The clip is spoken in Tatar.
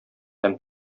һәм